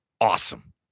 awesome